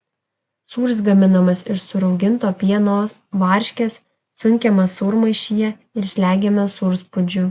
sūris gaminamas iš surauginto pieno varškės sunkiamas sūrmaišyje ir slegiamas sūrspaudžiu